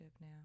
now